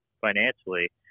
financially